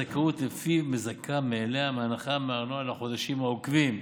והזכאות לפיו מזכה מאליה בהנחה מארנונה לחודשים העוקבים.